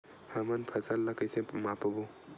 हमन फसल ला कइसे माप बो?